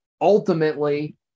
ultimately